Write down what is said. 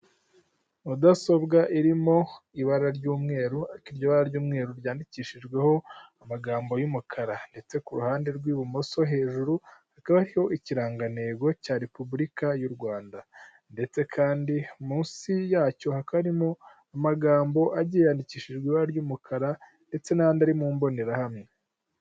Mudasobwa irimo ibara ry'umweru iryo bara ry'umweru ryandikishijweho amagambo y'umukara ndetse ku ruhande rw'ibumoso hejuru hakaba ikirangantego cya repubulika y'u Rwanda ndetse kandi munsi yacyo hakaba harimo amagambo yandikishije ibara ry'umukara ndetse n'andi ari mu mbonerahamwe.